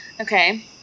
Okay